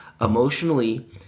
emotionally